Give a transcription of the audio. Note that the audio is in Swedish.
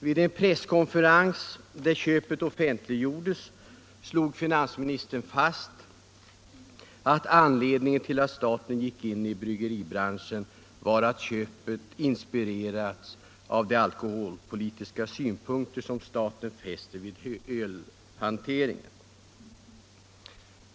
Vid den presskonferens där köpet offentliggjordes slog finansministern fast att köpet inspirerats av de alkoholpolitiska synpunkter som staten fäster vid ölhanteringen och att detta var anledningen till att staten gick in i bryggeribranschen.